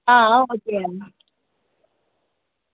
आं ओह् ते ऐ